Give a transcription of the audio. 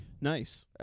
Nice